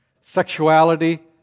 sexuality